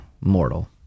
mortal